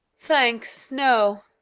thanks. no,